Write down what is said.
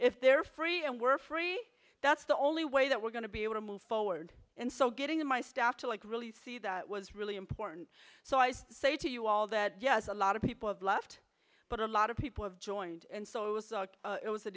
if they're free and we're free that's the only way that we're going to be able to move forward and so getting in my staff to like really see that was really important so i say to you all that yes a lot of people have left but a lot of people have joined and so it was it was a